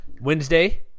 Wednesday